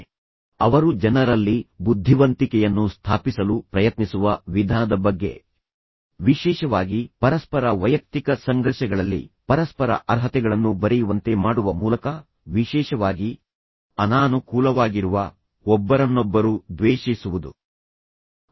ಅವರ ಅತ್ಯಂತ ಪ್ರಸಿದ್ಧ ಪ್ರಬಂಧವಾದ ಜ್ಞಾನ ಮತ್ತು ಬುದ್ಧಿವಂತಿಕೆಯಲ್ಲಿ ಅವರು ಜನರಲ್ಲಿ ಬುದ್ಧಿವಂತಿಕೆಯನ್ನು ಸ್ಥಾಪಿಸಲು ಪ್ರಯತ್ನಿಸುವ ವಿಧಾನದ ಬಗ್ಗೆ ವಿಶೇಷವಾಗಿ ಪರಸ್ಪರ ವೈಯಕ್ತಿಕ ಸಂಘರ್ಷಗಳಲ್ಲಿ ಪರಸ್ಪರ ಅರ್ಹತೆಗಳನ್ನು ಬರೆಯುವಂತೆ ಮಾಡುವ ಮೂಲಕ ವಿಶೇಷವಾಗಿ ಅನಾನುಕೂಲವಾಗಿರುವ ಒಬ್ಬರನ್ನೊಬ್ಬರು ದ್ವೇಷಿಸಿದರೆ ತದನಂತರ ಆ ವ್ಯಕ್ತಿಗಳೊಂದಿಗೆ ನೋಟುಗಳನ್ನು ವಿನಿಮಯ ಮಾಡಿಕೊಳ್ಳಲು ಪ್ರಯತ್ನಿಸುವುದು